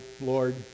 Lord